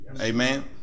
Amen